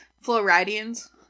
Floridians